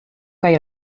kaj